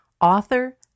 author